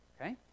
Okay